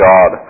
God